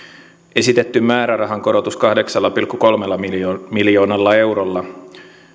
esitetty määrärahan korotus kahdeksalla pilkku kolmella miljoonalla miljoonalla eurolla